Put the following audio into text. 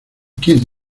quien